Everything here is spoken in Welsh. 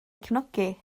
cefnogi